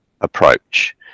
approach